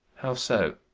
how so?